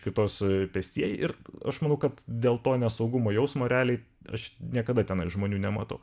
kitos pėstieji ir aš manau kad dėl to nesaugumo jausmo realiai aš niekada tenais žmonių nematau